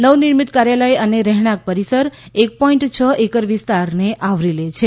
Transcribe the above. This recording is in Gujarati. નવનિર્મિત કાર્યાલય અને રહેણાંક પરીસર એક પોઇન્ટ છ એકર વિસ્તારને આવરી લે છે